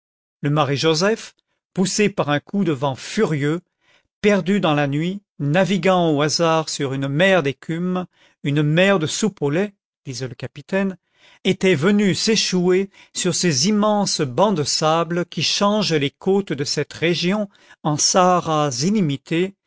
le marie joseph poussé par un coup de vent furieux perdu dans la nuit naviguant au hasard sur une mer d'écume une mer de soupe au lait disait le capitaine était venu s'échouer sur ces immenses bancs de sable qui changent les côtes de cette région en saharas illimités